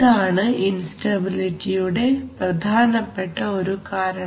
ഇതാണ് ഇൻസ്റ്റബിലിറ്റിയുടെ പ്രധാനപ്പെട്ട ഒരു കാരണം